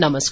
नमस्कार